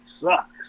sucks